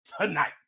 tonight